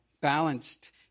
balanced